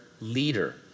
leader